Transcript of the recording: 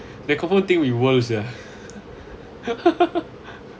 the couple thing we worse ya